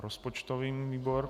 Rozpočtový výbor.